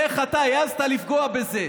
איך אתה העזת לפגוע בזה?